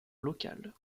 local